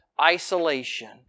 isolation